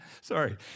sorry